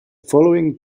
following